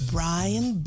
Brian